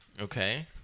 Okay